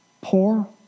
Poor